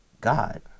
god